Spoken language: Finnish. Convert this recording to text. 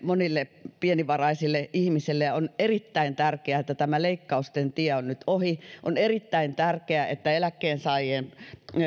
kuin monille pienivaraisille ihmisille ja on erittäin tärkeää että tämä leikkausten tie on nyt ohi on erittäin tärkeää että eläkkeensaajien